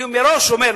אני מראש אומר,